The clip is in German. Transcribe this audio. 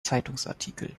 zeitungsartikel